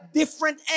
different